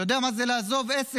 אתה יודע מה זה לעזוב עסק?